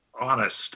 honest